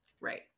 right